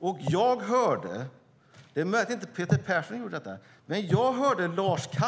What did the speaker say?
Det är möjligt att inte Peter Persson hörde detta, men jag hörde professor